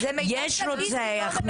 יש רוצח,